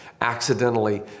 accidentally